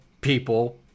people